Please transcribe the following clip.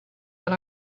that